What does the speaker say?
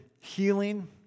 healing